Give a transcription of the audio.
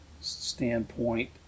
standpoint